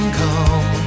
come